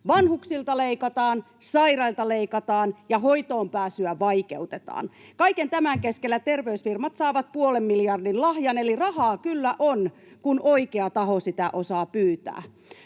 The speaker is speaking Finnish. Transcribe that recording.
Vanhuksilta leikataan, sairailta leikataan ja hoitoonpääsyä vaikeutetaan. Kaiken tämän keskellä terveysfirmat saavat puolen miljardin lahjan, eli rahaa kyllä on, kun oikea taho sitä osaa pyytää.